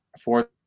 fourth